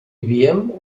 vivíem